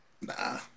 Nah